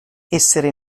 essere